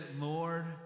Lord